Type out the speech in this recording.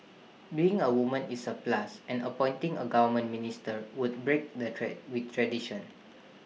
being A woman is A plus and appointing A government minister would break the tray with tradition